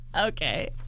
Okay